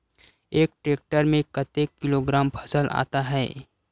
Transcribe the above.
एक टेक्टर में कतेक किलोग्राम फसल आता है?